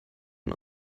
man